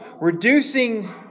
reducing